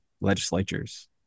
legislatures